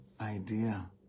idea